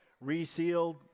resealed